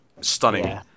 stunning